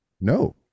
No